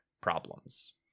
problems